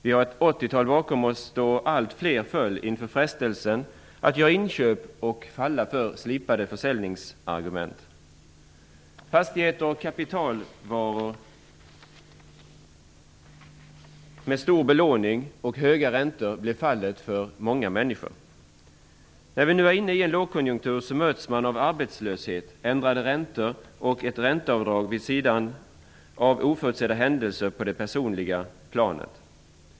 Vi har ett 80-tal bakom oss då allt fler föll inför frestelsen att falla inför slipade försäljningsargument och göra olika inköp. Fastigheter och kapitalvaror förvärvades med stor belåning och höga räntor och blev fallet för många människor. När vi nu är inne i en lågkonjunktur möts man av arbetslöshet, ändrade räntor och slopade möjligheter till ränteavdrag vid sidan av oförutsedda händelser på det personliga planet.